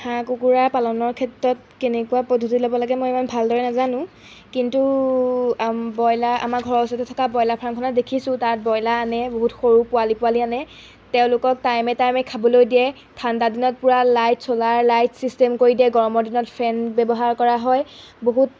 হাঁহ কুকুৰা পালনৰ ক্ষেত্ৰত কেনেকুৱা পদ্ধতি ল'ব লাগে মই ইমান ভালদৰে নাজানোঁ কিন্তু আম ব্ৰইলাৰ আমাৰ ঘৰৰ ওচৰতে থকা ব্ৰইলাৰ ফাৰ্মখনত দেখিছোঁ তাত ব্ৰইলাৰ আনে বহুত সৰু পোৱালি পোৱালি আনে তেওঁলোকক টাইমে টাইমে খাবলৈ দিয়ে ঠাণ্ডা দিনত পূৰা লাইট চলাৰ লাইট ছিষ্টেম কৰি দিয়ে গৰমৰ দিনত ফেন ব্যৱহাৰ কৰা হয় বহুত